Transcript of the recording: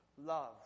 love